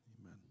amen